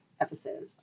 episodes